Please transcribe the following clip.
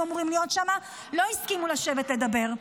אמורים להיות שם לא הסכימו לשבת לדבר,